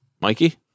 Mikey